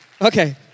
Okay